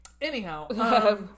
Anyhow